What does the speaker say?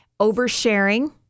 Oversharing